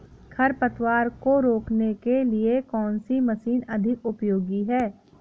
खरपतवार को रोकने के लिए कौन सी मशीन अधिक उपयोगी है?